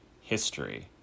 history